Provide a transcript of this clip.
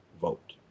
vote